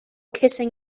kissing